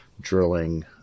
drilling